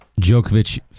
Djokovic